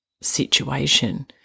situation